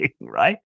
right